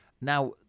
Now